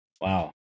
Wow